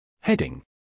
Heading